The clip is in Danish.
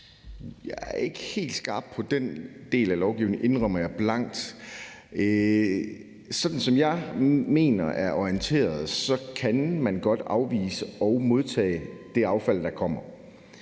Jeg er ikke helt skarp på den del af lovgivningen, indrømmer jeg blankt. Sådan som jeg mener at være orienteret, kan man godt afvise at modtage det affald, der kommer.